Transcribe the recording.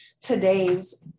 today's